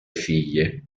figlie